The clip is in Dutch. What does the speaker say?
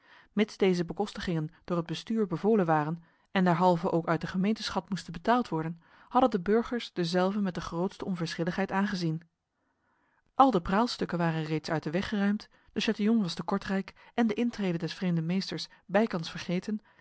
mits deze bekostigingen door het bestuur bevolen waren en derhalve ook uit de gemeenteschat moesten betaald worden hadden de burgers dezelve met de grootste onverschilligheid aangezien al de praalstukken waren reeds uit de weg geruimd de chatillon was te kortrijk en de intrede des vreemden meesters bijkans vergeten